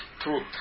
truth